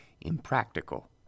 impractical